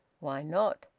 why not?